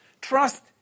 trust